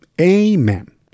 Amen